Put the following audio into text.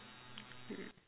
hmm